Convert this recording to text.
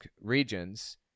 regions